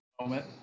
moment